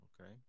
Okay